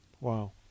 wow